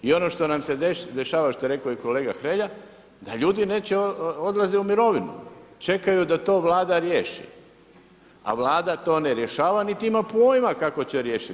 I ono što nam se dešava što je rekao i kolega HRelja da ljudi neće odlazit u mirovinu, čekaju da to Vlada riješi, a Vlada to rješava niti ima pojma kako će riješiti.